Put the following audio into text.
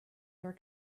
your